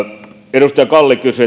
edustaja kalli kysyi